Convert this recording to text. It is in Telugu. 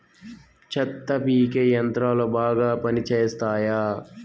చెత్త పీకే యంత్రాలు బాగా పనిచేస్తాయా?